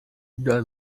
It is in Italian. una